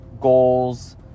goals